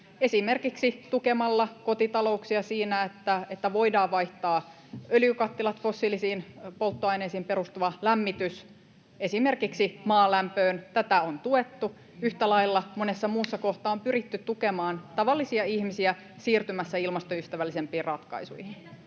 esimerkiksi tukemalla kotitalouksia siinä, että voidaan vaihtaa öljykattilat, fossiilisiin polttoaineisiin perustuva lämmitys, esimerkiksi maalämpöön. Tätä on tuettu. Yhtä lailla monessa muussa kohtaa on pyritty tukemaan tavallisia ihmisiä siirtymässä ilmastoystävällisempiin ratkaisuihin.